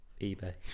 eBay